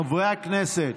חברי הכנסת,